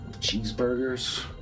cheeseburgers